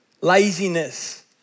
laziness